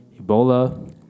Ebola